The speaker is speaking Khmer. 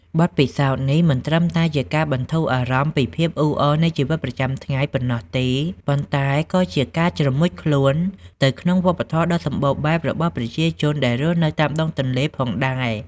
បទពិសោធន៍នេះមិនត្រឹមតែជាការបន្ធូរអារម្មណ៍ពីភាពអ៊ូអរនៃជីវិតប្រចាំថ្ងៃប៉ុណ្ណោះទេ ប៉ុន្តែក៏ជាការជ្រមុជខ្លួនទៅក្នុងវប្បធម៌ដ៏សម្បូរបែបរបស់ប្រជាជនដែលរស់នៅតាមដងទន្លេផងដែរ។